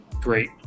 great